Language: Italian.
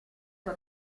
sua